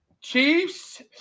Chiefs